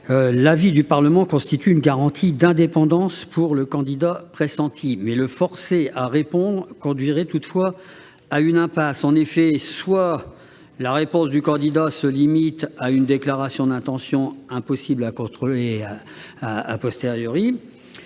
l'avis du Parlement constitue une garantie d'indépendance pour le candidat pressenti, mais forcer celui-ci à répondre conduirait à une impasse. En effet, soit la réponse du candidat se limitera à une déclaration d'intention, qu'il sera impossible de contrôler, soit